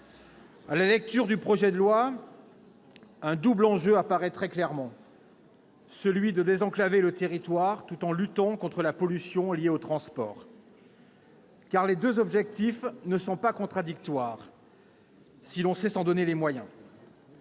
À la lecture du projet de loi, un double enjeu apparaît très clairement : celui de désenclaver le territoire, tout en luttant contre la pollution liée aux transports ; ces deux objectifs ne sont pas contradictoires si l'on sait s'en donner les moyens.